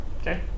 Okay